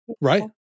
Right